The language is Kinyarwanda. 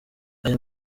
aya